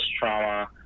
trauma